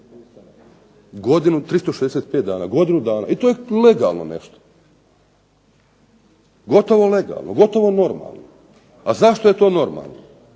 Godinu, 365 dana, godinu dana i to je legalno nešto. Gotovo legalno, gotovo normalno. A zašto je to normalno?